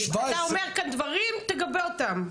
אתה אומר כאן דברים, תגבה אותם.